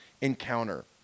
encounter